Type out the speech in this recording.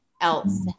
else